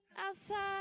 outside